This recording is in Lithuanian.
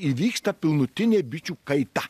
įvyksta pilnutinė bičių kaita